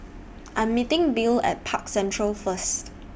I Am meeting Bill At Park Central First